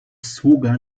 sługa